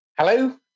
Hello